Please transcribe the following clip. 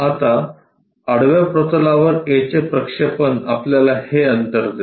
आता आडव्या प्रतलावर A चे प्रक्षेपण आपल्याला हे अंतर देते